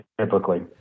typically